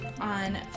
on